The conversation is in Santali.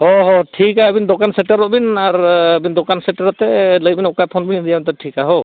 ᱦᱳᱭ ᱦᱳᱭ ᱴᱷᱤᱠᱟ ᱟᱹᱵᱤᱱ ᱫᱳᱠᱟᱱ ᱥᱮᱴᱮᱨᱚᱜ ᱵᱤᱱ ᱟᱨ ᱟᱹᱵᱤᱱ ᱫᱳᱠᱟᱱ ᱥᱮᱴᱮᱨ ᱠᱟᱛᱮᱫ ᱞᱟᱹᱭ ᱵᱤᱱ ᱚᱠᱟ ᱯᱷᱳᱱ ᱵᱤᱱ ᱤᱫᱤᱭᱟ ᱴᱷᱤᱠᱟ ᱦᱳᱭ